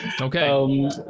Okay